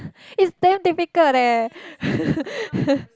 it's damn difficult eh